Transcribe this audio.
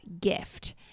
gift